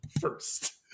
first